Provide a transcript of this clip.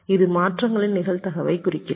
இது மாற்றங்களின் நிகழ்தகவைக் குறிக்கிறது